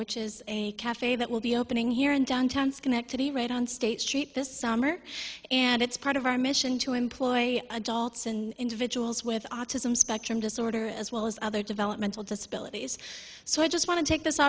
which is a cafe that will be opening here in downtown schenectady right on state street this summer and it's part of our mission to employ adults and individuals with autism spectrum disorder as well as other developmental disabilities so i just want to take this